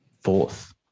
Fourth